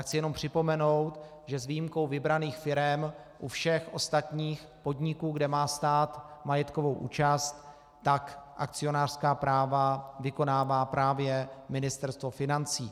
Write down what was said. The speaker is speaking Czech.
Chci jenom připomenout, že s výjimkou vybraných firem u všech ostatních podniků, kde má stát majetkovou účast, akcionářská práva vykonává právě Ministerstvo financí.